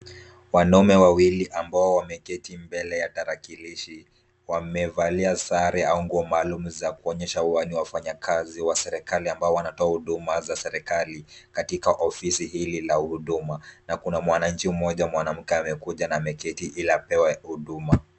Wanaume wawili ambao wameketi mbele ya tarakilishi wamevalia sare au nguo maalum za kuonyesha hawa ni wafanyakazi wa serikali ambao wanatoa huduma za serikali katika ofisi hili la huduma na kuna mwananchi mmoja mwanamke amekuja na ameketi ili apewe huduma.